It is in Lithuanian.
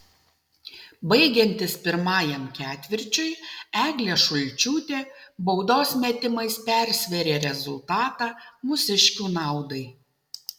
baigiantis pirmajam ketvirčiui eglė šulčiūtė baudos metimais persvėrė rezultatą mūsiškių naudai